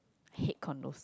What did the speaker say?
hate condos